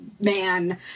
man